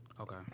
Okay